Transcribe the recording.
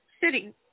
sitting